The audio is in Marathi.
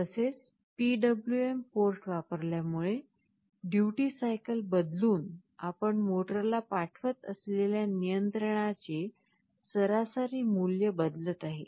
तसेच PWM पोर्ट वापरल्यामुळे ड्यूटी सायकल बदलून आपण मोटरला पाठवत असलेल्या नियंत्रणाचे सरासरी मूल्य बदलत आहे